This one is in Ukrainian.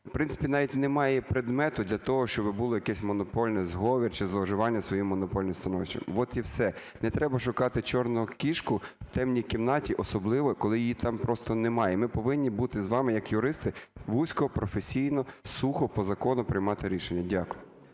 в принципі навіть немає предмету для того, щоб був якийсь монопольний зговір чи зловживання своїм монопольним становищем. От і все. Не треба шукати чорну кішку в темній кімнаті, особливо коли її там просто немає. Ми повинні бути з вами як юристи вузько, професійно, сухо по закону приймати рішення. Дякую.